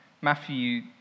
Matthew